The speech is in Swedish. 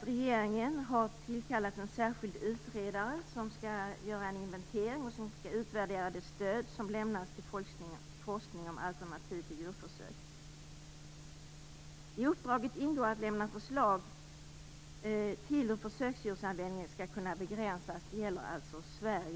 Regeringen har tillkallat en särskild utredare som skall göra en inventering och utvärdera det stöd som lämnas till forskning om alternativ till djurförsök. I uppdraget ingår att lämna förslag till hur försöksdjursanvändningen skall kunna begränsas - detta gäller alltså Sverige.